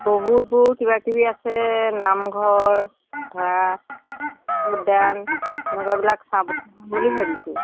বহুত বহুত কিবাকিবি আছে নামঘৰ ধৰা উদ্যান এনেকুৱাবিলাক চাব চাম বুলি ভাবিছোঁ